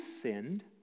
sinned